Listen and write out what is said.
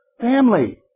Family